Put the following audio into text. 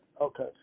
Okay